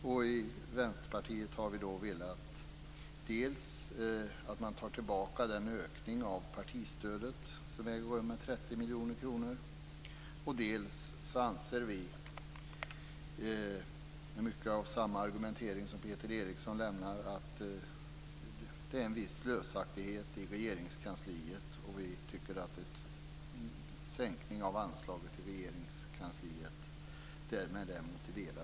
Vi i Vänsterpartiet har velat dels ta tillbaka den ökning av partistödet som har ägt rum med 30 miljoner kronor, dels anser vi, med samma argument som Peter Eriksson, att det råder en viss slösaktighet i Regeringskansliet. En sänkning av anslaget till Regeringskansliet är därmed motiverad.